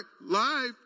Life